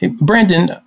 Brandon